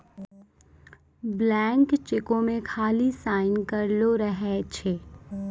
blank चेको मे खाली साइन करलो रहै छै